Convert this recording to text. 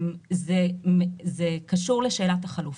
זה קשור לשאלת החלופות.